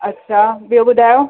अछा ॿियो ॿुधायो